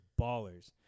ballers